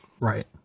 Right